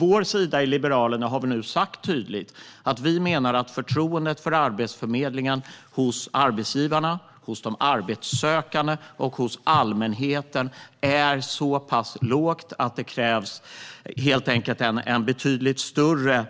Vi i Liberalerna har nu tydligt sagt att vi menar att förtroendet för Arbetsförmedlingen hos arbetsgivarna, hos de arbetssökande och hos allmänheten är så pass lågt att det krävs en betydligt större